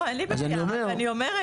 לא, אין לי בעיה, אני רק אומרת.